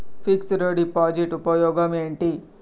Fix డ్ deposit ఉపయోగం ఏంటి?